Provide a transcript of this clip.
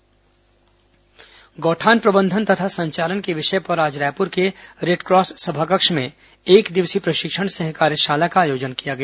गौठान प्रबंधन कार्यशाला गौठान प्रबंधन तथा संचालन के विषय पर आज रायपुर के रेडक्रॉस सभा कक्ष में एकदिवसीय प्रशिक्षण सह कार्यशाला का आयोजन किया गया